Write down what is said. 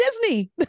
Disney